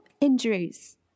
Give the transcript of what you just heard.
injuries